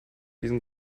diesen